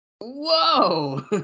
Whoa